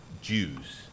Jews